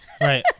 Right